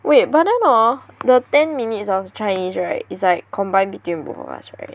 wait but then hor the ten minutes of Chinese right it's like combined between both of us right